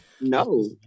no